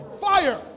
fire